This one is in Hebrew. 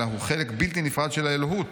אלא הוא חלק בלתי נפרד של האלוהות,